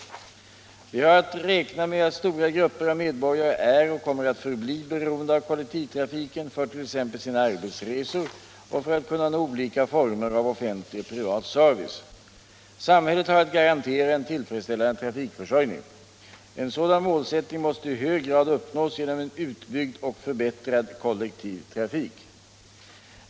Torsdagen den Vi har att räkna med att stora grupper av medborgare är och kommer 12 maj 1977 att förbli beroende av kollektivtrafiken för t.ex. sina arbetsresor och för. att kunna nå olika former av offentlig och privat service. Om åtgärder för att Samhället har att garantera en tillfredsställande trafikförsörjning. En = främja kollektivtrasådan målsättning måste i hög grad uppnås genom en utbyggd och för = fiken bättrad kollektiv trafik.